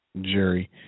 Jerry